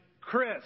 Chris